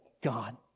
God